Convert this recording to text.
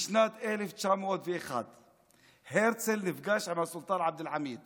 בשנת 1901 הרצל נפגש עם הסולטאן עבד אל-חמיד